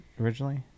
originally